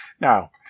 Now